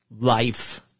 life